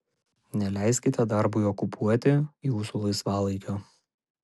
neleiskite darbui okupuoti jūsų laisvalaikio